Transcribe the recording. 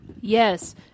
Yes